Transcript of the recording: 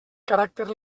caràcter